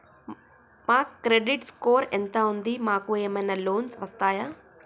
మా credit score ఎంత ఉంది? మాకు ఏమైనా లోన్స్ వస్తయా?